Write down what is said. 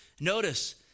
Notice